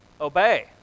Obey